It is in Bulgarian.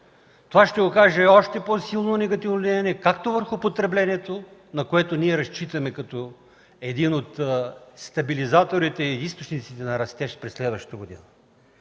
Това ще окаже още по-силно негативно влияние върху потреблението, на което ние разчитаме като един от стабилизаторите и източниците на растеж през следващата година.